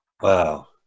Wow